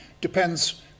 depends